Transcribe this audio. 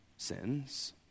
sins